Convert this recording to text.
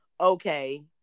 okay